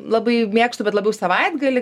labai mėgstu bet labiau savaitgalį